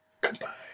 Goodbye